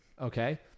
okay